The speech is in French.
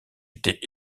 était